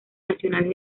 nacionales